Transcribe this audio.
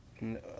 No